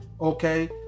okay